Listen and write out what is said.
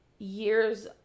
Years